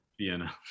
Vienna